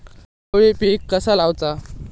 चवळी पीक कसा लावचा?